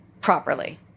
properly